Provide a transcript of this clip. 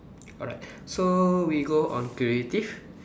alright so we go on creative